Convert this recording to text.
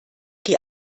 die